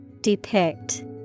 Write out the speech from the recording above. Depict